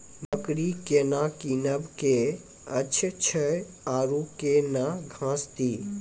बकरी केना कीनब केअचछ छ औरू के न घास दी?